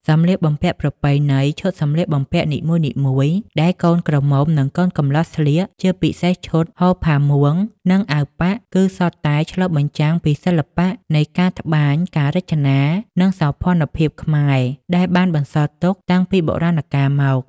សម្លៀកបំពាក់ប្រពៃណី ឈុតសម្លៀកបំពាក់នីមួយៗដែលកូនក្រមុំនិងកូនកំលោះស្លៀក ជាពិសេសឈុត ហូលផាមួង និង អាវប៉ាក់ គឺសុទ្ធតែឆ្លុះបញ្ចាំងពីសិល្បៈនៃការត្បាញ ការរចនា និងសោភ័ណភាពខ្មែរ ដែលបានបន្សល់ទុកតាំងពីបុរាណកាលមក ។